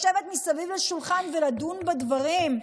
לשבת מסביב לשולחן ולדון בדברים,